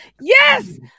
Yes